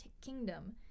kingdom